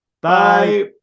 bye